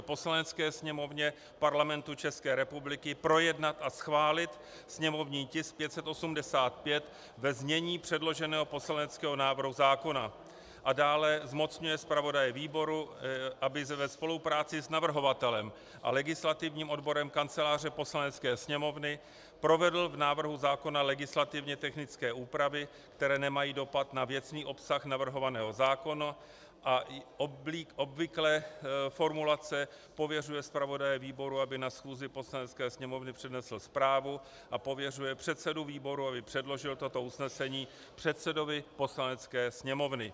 Poslanecké sněmovně Parlamentu ČR projednat a schválit sněmovní tisk 585 ve znění předloženého poslaneckého návrhu zákona, dále zmocňuje zpravodaje výboru, aby ve spolupráci s navrhovatelem a legislativním odborem kanceláře Poslanecké sněmovny provedl v návrhu zákona legislativně technické úpravy, které nemají dopad na věcný obsah navrhovaného zákona, a obvyklé formulace pověřuje zpravodaje výboru, aby na schůzi Poslanecké sněmovny přednesl zprávu, a pověřuje předsedu výboru, aby předložil toto usnesení předsedovi Poslanecké sněmovny.